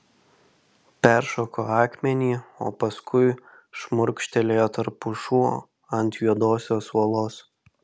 peršoko akmenį o paskui šmurkštelėjo tarp pušų ant juodosios uolos